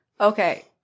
Okay